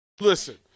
listen